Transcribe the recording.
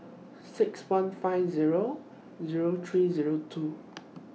six one five Zero Zero three Zero two